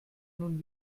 nun